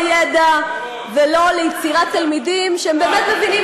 לא לידע ולא ליצירת תלמידים שבאמת מבינים